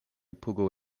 pugo